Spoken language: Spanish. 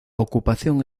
ocupación